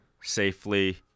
safely